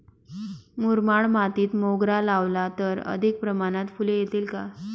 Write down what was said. मुरमाड मातीत मोगरा लावला तर अधिक प्रमाणात फूले येतील का?